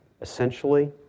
essentially